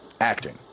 acting